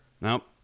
Nope